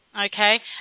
okay